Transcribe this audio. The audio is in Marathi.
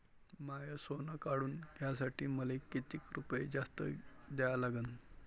माय सोनं काढून घ्यासाठी मले कितीक रुपये जास्त द्या लागन?